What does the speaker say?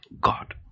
God